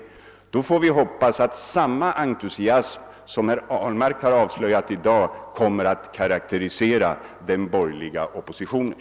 Då får vi hoppas att samma entusiasm som herr Ahlmark har avslöjat i dag kommer att karakterisera den borgerliga oppositionen.